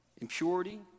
impurity